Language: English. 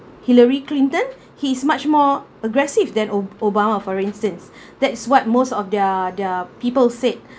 hillary clinton he's much more aggressive than o~ obama for instance that what most of their their people said